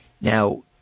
Now